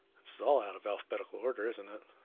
this is all out of alphabetical order, isn't it?